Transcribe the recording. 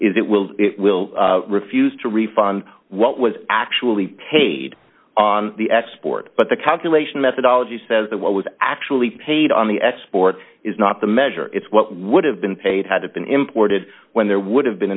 is it will it will refuse to refund what was actually paid on the export but the calculation methodology says that what was actually paid on the export is not the measure it's what would have been paid had been imported when there would have been